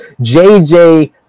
jj